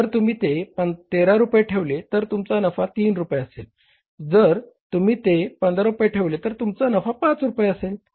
जर तुम्ही ते 13 रुपये ठेवले तर तुमचा नफा 3 रुपये असेल जर तुम्ही ते 15 ठेवले तर तुमचा नफा 5 रुपये असेल